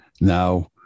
now